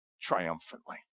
triumphantly